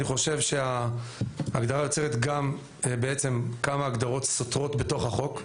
אני חושב שההגדרה בעצם יוצרת גם כמה הגדרות סותרות בתוך החוק,